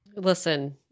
Listen